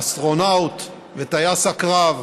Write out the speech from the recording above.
האסטרונאוט וטייס הקרב,